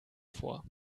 vor